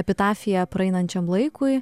epitafija praeinančiam laikui